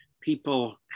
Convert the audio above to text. people